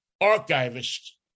archivist